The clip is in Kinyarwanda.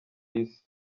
isi